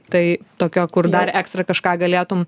tai tokio kur dar ekstra kažką galėtum